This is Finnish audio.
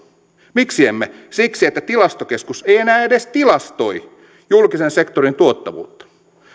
miksi emme siksi että tilastokeskus ei enää edes tilastoi julkisen sektorin tuottavuutta